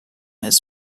his